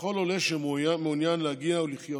לכל עולה שמעוניין להגיע ולחיות